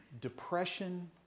depression